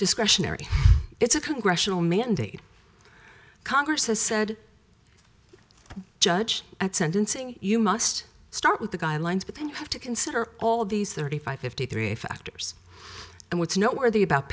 discretionary it's a congressional mandate congress has said the judge at sentencing you must start with the guidelines but then you have to consider all these thirty five fifty three factors and what's noteworthy about